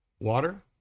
Water